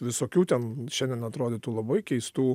visokių ten šiandien atrodytų labai keistų